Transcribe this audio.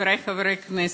חברי חברי הכנסת,